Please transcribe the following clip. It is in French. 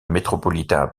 métropolitain